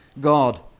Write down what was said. god